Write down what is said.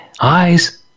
eyes